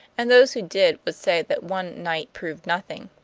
and those who did would say that one night proved nothing.